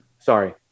Sorry